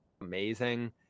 amazing